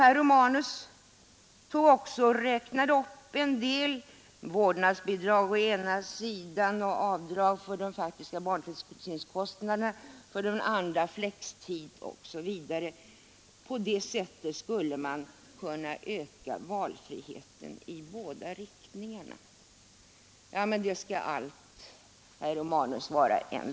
Herr Romanus räknade upp en del reformer som skulle öka valfriheten i båda riktningarna: vårdnadsbidrag, avdrag för de faktiska barntillsynskostnaderna, flextid osv. Det blir allt en ytterst liten bit, herr Romanus!